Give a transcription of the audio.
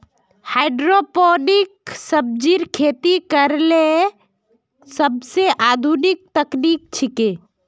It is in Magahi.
हाइड्रोपोनिक सब्जिर खेती करला सोबसे आधुनिक तकनीक छिके